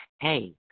Hey